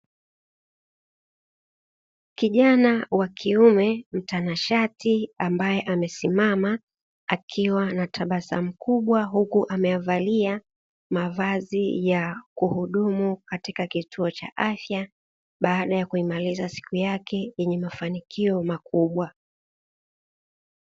Kijana wa kiume mtanashati ambaye amesimama akiwa na tabasamu kubwa, huku ameyavalia mavazi ya kuhudumu katika kituo cha afya baada yakuimaliza siku yake yenye mafanikio makubwa.